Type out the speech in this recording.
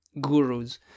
gurus